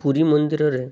ପୁରୀ ମନ୍ଦିରରେ